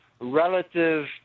relative